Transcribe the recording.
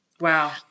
Wow